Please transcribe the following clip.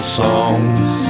songs